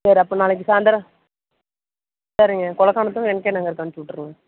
சரி அப்போ நாளைக்கு சாயந்தரம் சரிங்க கொளக்கா மட்டும் என் கே நகருக்கு அணும்ச்சுட்ருங்க